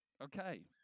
Okay